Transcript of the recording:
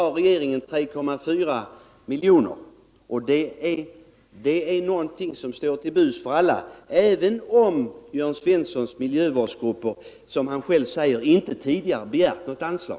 Regeringen har anslagit 3,4 milj.kr., som står till buds för alla, även om Jörn Svenssons miljövårdsgrupper, som han själv säger, inte tidigare begärt något anslag.